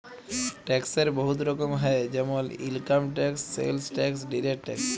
ট্যাক্সের বহুত রকম হ্যয় যেমল income tax, sales tax, direct tax